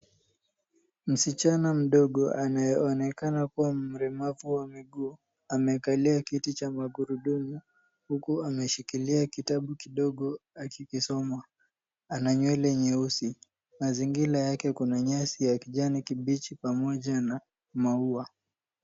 Msichana mdogo anayeonekana kuwa mlemavu wa miguu amekalia kiti cha magurudumu huku ameshikilia kitabu kidogo akikisoma. Ana nywele nyeusi. Mazingira yake kuna nyasi ya kijani kibichi pamoja na maua.